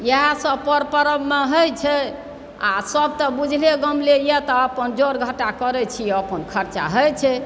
इएहसभ पर पर्वमे होइत छै आ सभ तऽ बुझले गमले यए तऽ अपन जोड़ घटा करैत छी अपन खर्चा होइत छै